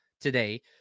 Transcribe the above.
today